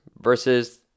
versus